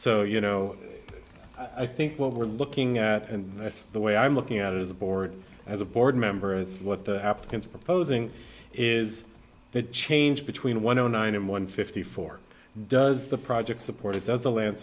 so you know i think what we're looking at and that's the way i'm looking at it as a board as a board member is what the applicants are proposing is the change between one o nine and one fifty four does the project support it does the land